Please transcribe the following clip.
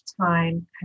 time